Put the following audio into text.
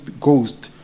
Ghost